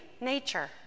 nature